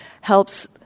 helps